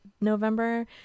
November